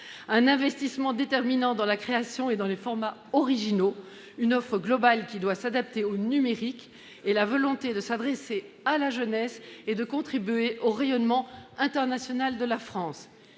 un investissement déterminant dans la création et dans les formats originaux, proposent une offre globale qui doit s'adapter au numérique, et traduisent une volonté de s'adresser à la jeunesse et de contribuer au rayonnement international de la France